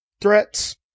threats